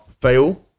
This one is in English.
fail